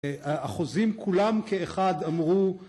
החוזים כולם כאחד אמרו